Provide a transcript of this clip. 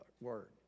word